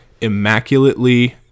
immaculately